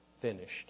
finished